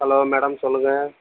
hello madam சொல்லுங்க